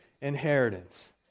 inheritance